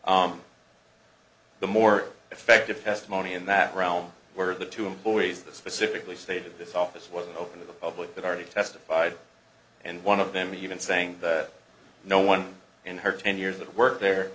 public the more effective testimony in that realm where the two employees that specifically stated this office wasn't open to the public but already testified and one of them even saying that no one in her ten years that worked there